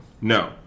No